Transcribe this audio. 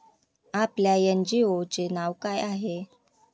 आपल्या एन.जी.ओ चे नाव काय आहे?